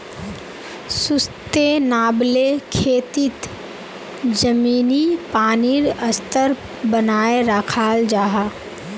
sustainable खेतित ज़मीनी पानीर स्तर बनाए राखाल जाहा